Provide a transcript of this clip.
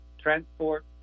transport